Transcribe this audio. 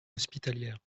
hospitalières